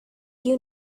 you